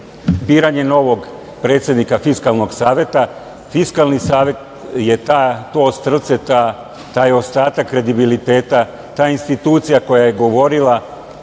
biranje novog predsednika Fiskalnog saveta. Fiskalni savet je to ostrvce, taj ostatak kredibiliteta, ta institucija koja je govorila